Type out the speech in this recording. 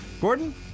Gordon